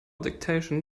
dictation